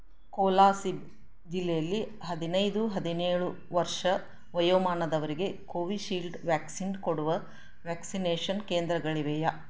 ಕೋಲಾಸಿಬ್ ಜಿಲ್ಲೆಯಲ್ಲಿ ಹದಿನೈದು ಹದಿನೇಳು ವರ್ಷ ವಯೋಮಾನದವರಿಗೆ ಕೋವಿಶೀಲ್ಡ್ ವ್ಯಾಕ್ಸಿನ್ ಕೊಡುವ ವ್ಯಾಕ್ಸಿನೇಷನ್ ಕೇಂದ್ರಗಳಿವೆಯಾ